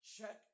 check